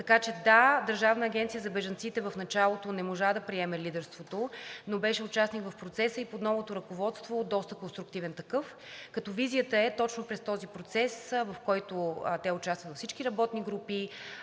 Така че да, Държавната агенция за бежанците в началото не можа да приеме лидерството, но беше участник в процеса и под новото ръководство доста конструктивен такъв, като визията е точно през този процес, в който те участват във всички работни групи,